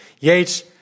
Yates